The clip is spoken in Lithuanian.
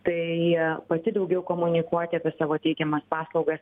tai pati daugiau komunikuoti apie savo teikiamas paslaugas